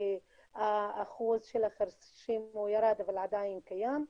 והאחוז של החירשים ירד, אבל הוא עדיין קיים.